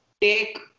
take